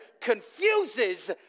confuses